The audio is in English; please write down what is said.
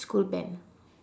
school band